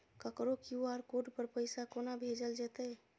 ककरो QR code पर पैसा कोना भेजल जेतै?